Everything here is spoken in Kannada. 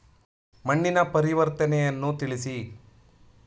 ಮಣ್ಣಿನ ಪರಿವರ್ತನೆಯನ್ನು ತಿಳಿಸಿ?